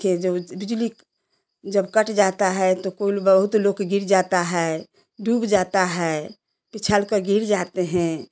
अथी देखिए जो बिजली जब कट जाता है तो कुल बहुत लोग गिर जाता है डूब जाता है पिछड़ कर गिर जाते हैं